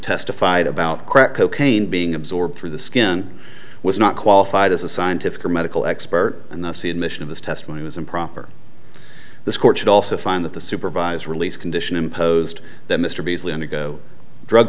testified about crack cocaine being absorbed through the skin was not qualified as a scientific or medical expert and the c admission of this testimony was improper this court should also find that the supervised release condition imposed that mr beasley undergo drug